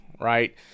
right